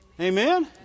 Amen